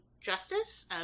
justice